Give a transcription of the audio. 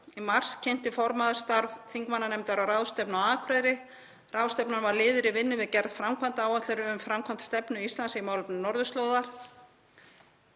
Í mars kynnti formaður starf þingmannanefndar á ráðstefnu á Akureyri. Ráðstefnan var liður í vinnu við gerð framkvæmdaáætlunar um framkvæmd stefnu Íslands í málefnum norðurslóða